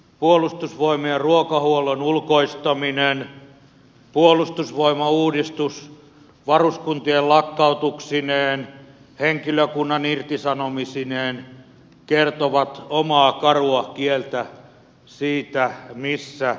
puolustusvoimien ruokahuollon ulkoistaminen puolustusvoimauudistus varuskuntien lakkautuksineen henkilökunnan irtisanomisineen kertovat omaa karua kieltään siitä missä mennään